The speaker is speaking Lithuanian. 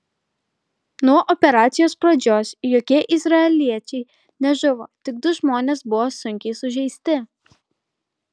nuo operacijos pradžios jokie izraeliečiai nežuvo tik du žmonės buvo sunkiai sužeisti